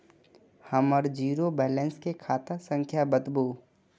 हमर zero balance के खाता संख्या बतबु?